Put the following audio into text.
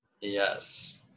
Yes